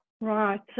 Right